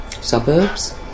suburbs